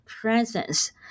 presence